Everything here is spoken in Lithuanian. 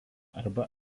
arba